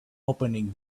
opening